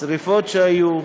שרפות שהיו,